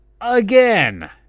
Again